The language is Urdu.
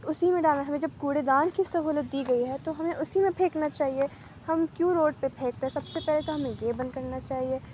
اسی میں ڈالنا ہے ہمیں جب کوڑے دان کی سہولت دی گئی ہے تو ہمیں اسی میں پھیکنا چاہیے ہم کیوں روڈ پہ پھینکتے ہیں سب سے پہلے تو ہمیں یہ بند کرنا چاہیے